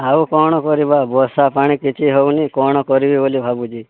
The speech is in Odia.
ଆଉ କ'ଣ କରିବା ବର୍ଷା ପାଣି କିଛି ହେଉନି କ'ଣ କରିବି ବୋଲି ଭାବୁଛି